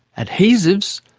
adhesives,